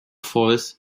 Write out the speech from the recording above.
falls